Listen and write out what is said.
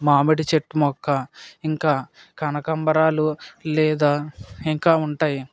మామిడి చెట్టు మొక్క ఇంకా కనకంబరాలు లేదా ఇంకా ఉంటాయి